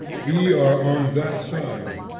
we are on that side.